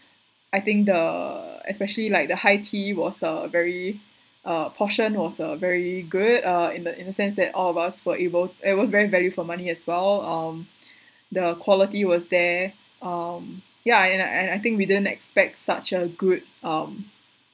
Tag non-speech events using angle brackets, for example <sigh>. I think the especially like the high tea was a very uh portion was a very good uh in the in the sense that all of us were able it was very value for money as well um <breath> the quality was there um yeah and I I think we didn't expect such a good um